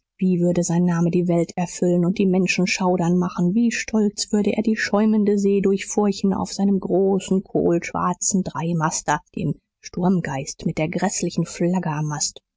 wie würde sein name die welt erfüllen und die menschen schaudern machen wie stolz würde er die schäumende see durchfurchen auf seinem großen kohlschwarzen dreimaster dem sturmgeist mit der gräßlichen flagge am mast